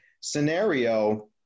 scenario